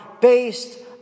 based